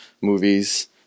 movies